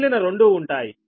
మిగిలిన రెండు ఉంటాయి